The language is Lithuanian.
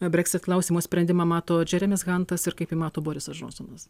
breksit klausimo sprendimą mato džeremis hantas ir kaip jį mato borisas džonsonas